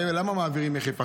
הרי למה מעבירים מחיפה?